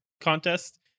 contest